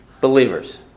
believers